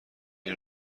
این